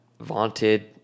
vaunted